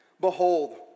Behold